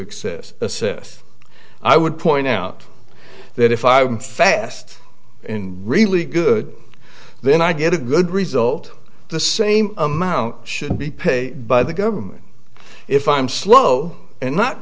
access assess i would point out that if i were fast and really good then i get a good result the same amount should be paid by the government if i'm slow and not